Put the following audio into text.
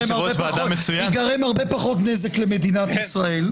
ייגרם הרבה פחות נזק למדינת ישראל.